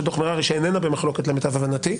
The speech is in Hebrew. דוח מררי שאיננו במחלוקת למיטב הבנתי,